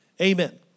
Amen